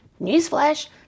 Newsflash